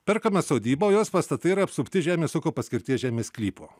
perkame sodybą o jos pastatai yra apsupti žemės ūkio paskirties žemės sklypo